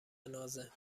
نازه